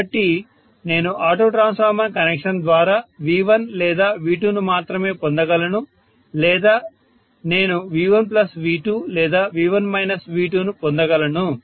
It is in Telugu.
కాబట్టి నేను ఆటో ట్రాన్స్ఫార్మర్ కనెక్షన్ ద్వారా V1 లేదా V2 ను మాత్రమే పొందగలను లేదా నేను V1V2 లేదా V1 V2 ను పొందగలను